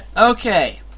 Okay